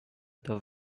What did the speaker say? the